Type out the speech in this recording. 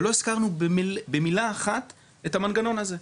ולא הזכרנו במילה אחת את המנגנון הזה.